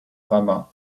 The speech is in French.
rabbin